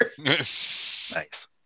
nice